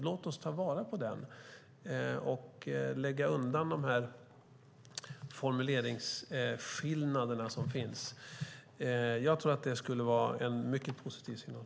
Låt oss ta vara på den och lägga undan de formuleringsskillnader som finns. Jag tror att det skulle vara en mycket positiv signal.